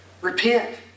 repent